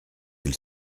elle